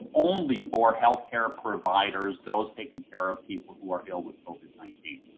only for health care providers, those taking care of people who are ill with covid nineteen,